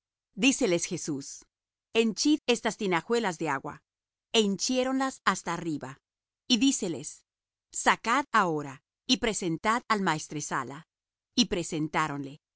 díceles jesús henchid estas tinajuelas de agua e hinchiéronlas hasta arriba y díceles sacad ahora y presentad al maestresala y presentáron le